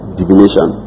divination